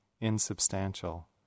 insubstantial